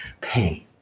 pain